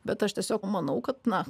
bet aš tiesiog manau kad na